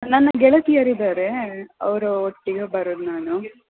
ನನ್ನ ಗೆಳತಿಯರಿದ್ದಾರೆ ಅವರ ಒಟ್ಟಿಗೆ ಬರುವುದು ನಾನು